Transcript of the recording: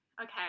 Okay